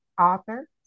author